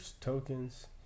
tokens